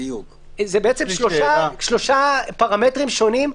אלה שלושה פרמטרים שונים,